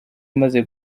amaze